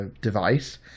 device